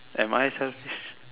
am I selfish